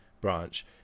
branch